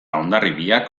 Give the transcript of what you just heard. hondarribiak